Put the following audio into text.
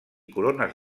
corones